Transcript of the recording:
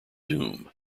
doom